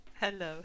Hello